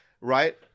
right